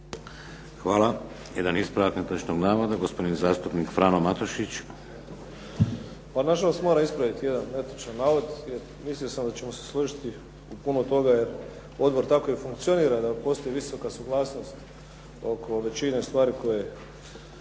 Hvala. Jedan ispravak netočnog navoda, gospodin zastupnik Frano Matušić. **Matušić, Frano (HDZ)** Pa nažalost moram ispraviti jedan netočan navod, jer mislio sam da ćemo se složiti u puno toga, jer odbor tako i funkcionira da postoji visoka suglasnost oko većine stvari koje